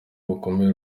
bukomeye